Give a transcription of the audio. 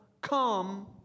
come